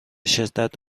شدت